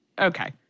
okay